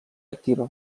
activa